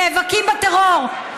נאבקים בטרור.